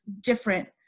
different